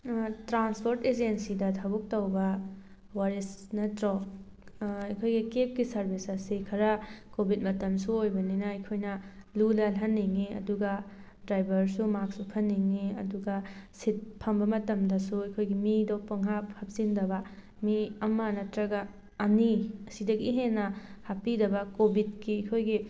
transport ꯑꯦꯖꯦꯟꯁꯤꯗ ꯊꯕꯛ ꯇꯧꯕ ꯋꯥꯔꯤꯁ ꯅꯠꯇ꯭ꯔꯣ ꯑꯩꯈꯣꯏꯒꯤ ꯀꯦꯞꯀꯤ ꯁꯔꯚꯤꯁ ꯑꯁꯤ ꯈꯔ ꯀꯣꯚꯤꯗ ꯃꯇꯝꯁꯨ ꯑꯣꯏꯕꯅꯤꯅ ꯑꯩꯈꯣꯏꯅ ꯂꯨ ꯅꯥꯜꯍꯟꯅꯤꯡꯉꯤ ꯑꯗꯨꯒ ꯗ꯭ꯔꯥꯏꯚꯔꯁꯨ ꯃꯥꯛꯁ ꯎꯐꯟꯅꯤꯡꯉꯤ ꯑꯗꯨꯒ ꯁꯤꯠ ꯐꯝꯕ ꯃꯇꯝꯗꯁꯨ ꯑꯩꯈꯣꯏꯒꯤ ꯃꯤꯗꯣ ꯄꯪꯍꯥꯞ ꯍꯥꯞꯆꯤꯟꯗꯕ ꯃꯤ ꯑꯃ ꯅꯠꯇ꯭ꯔꯒ ꯑꯅꯤ ꯑꯁꯤꯗꯒꯤ ꯍꯦꯟꯅ ꯍꯥꯄꯤꯗꯕ ꯀꯣꯚꯤꯗꯀꯤ ꯑꯩꯈꯣꯏꯒꯤ